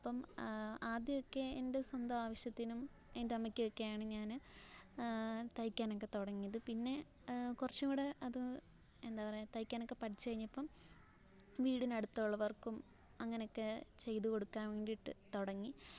അപ്പം ആദ്യമൊക്കെ എൻ്റെ സ്വന്തം ആവശ്യത്തിനും എൻ്റമ്മയ്ക്ക് ഒക്കെയാണ് ഞാൻ തയ്ക്കാനൊക്കെ തുടങ്ങിയത് പിന്നെ കുറച്ചും കൂടെ അത് എന്താ പറയുക തയ്ക്കാനൊക്കെ പഠിച്ച് കഴിഞ്ഞപ്പം വീടിനടുത്തുള്ളവർക്കും അങ്ങനെയൊക്കെ ചെയ്തു കൊടുക്കാൻ വേണ്ടിയിട്ട് തുടങ്ങി